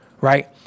right